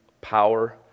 power